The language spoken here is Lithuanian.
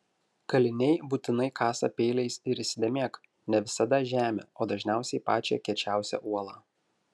kaliniai būtinai kasa peiliais ir įsidėmėk ne visada žemę o dažniausiai pačią kiečiausią uolą